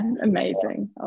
amazing